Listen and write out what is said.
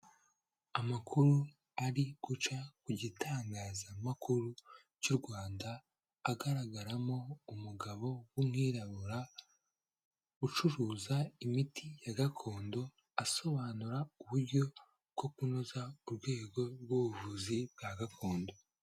Amakuru ari guca ku gitangazamakuru cy'u Rwanda agaragaramo umugabo w'umwirabura ucuruza imiti ya gakondo asobanura uburyo bwo kunoza urwego rw'ubuvuzi bwa gakondo.